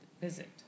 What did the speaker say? visit